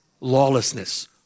lawlessness